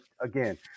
again